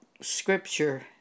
scripture